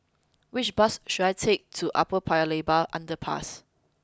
which bus should I take to Upper Paya Lebar Underpass